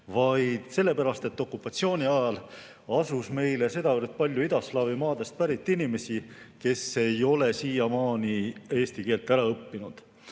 vaid sellepärast, et okupatsiooni ajal asus meile sedavõrd palju idaslaavi maadest pärit inimesi, kes ei ole siiamaani eesti keelt ära õppinud.